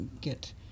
get